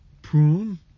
prune